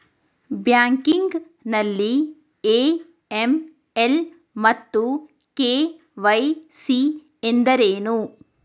Banking ನಲ್ಲಿ AML ಮತ್ತು KYC ಎಂದರೇನು?